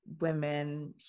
women